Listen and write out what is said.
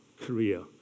Korea